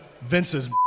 Vince's